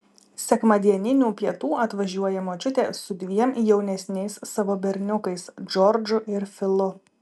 sekmadieninių pietų atvažiuoja močiutė su dviem jaunesniais savo berniukais džordžu ir filu